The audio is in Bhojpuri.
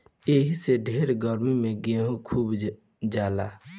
एही से ढेर गर्मी मे गेहूँ सुख जाला